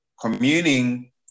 communing